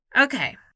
Okay